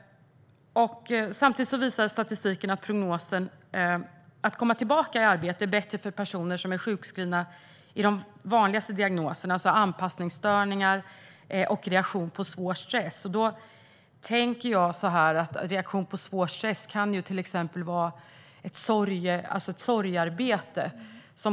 Samtidigt visar statistiken att det är bättre att komma tillbaka i arbete för personer som är sjukskrivna i de vanligaste diagnoserna, det vill säga anpassningsstörningar och reaktion på svår stress. Reaktion på svår stress kan till exempel vara ett sorgearbete.